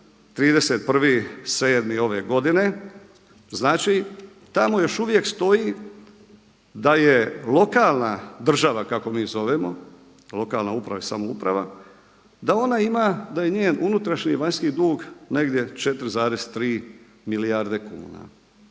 31.7. ove godine tamo još uvijek stoji da je lokalna država kako mi zovemo, lokalna uprava i samouprava, da ona ima da je njen unutarnji i vanjski dug negdje 4,3 milijarde kuna.